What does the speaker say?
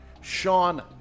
Sean